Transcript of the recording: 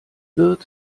wird